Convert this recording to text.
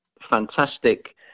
Fantastic